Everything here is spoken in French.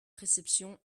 récession